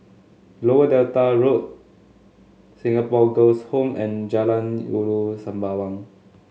Lower Delta Road Singapore Girls' Home and Jalan Ulu Sembawang